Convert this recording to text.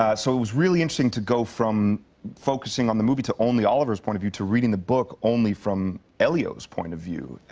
ah so, it was really interesting to go from focusing on the movie to only oliver's point of view to reading the book only from elio's point of view.